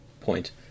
point